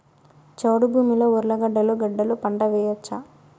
చౌడు భూమిలో ఉర్లగడ్డలు గడ్డలు పంట వేయచ్చా?